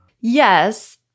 Yes